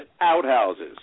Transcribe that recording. outhouses